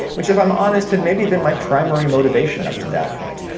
which if i'm honest had maybe been my primary motivation up to that point.